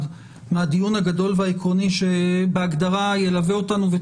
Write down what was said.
מהדיון הגדול והעקרוני שבהגדרה ילווה אותנו,